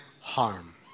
harm